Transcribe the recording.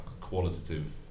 qualitative